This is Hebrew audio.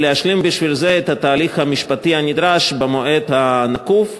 ולהשלים בשביל זה את התהליך המשפטי הנדרש במועד הנקוב.